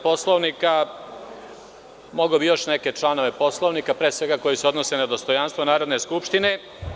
Poslovnika, mogao bi još neke članove Poslovnika, pre svega koji se odnose na dostojanstvo Narodne skupštine.